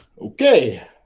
Okay